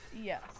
Yes